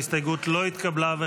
ההסתייגות לא התקבלה.